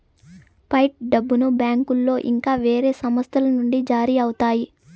fight డబ్బును బ్యాంకులో ఇంకా వేరే సంస్థల నుండి జారీ అవుతాయి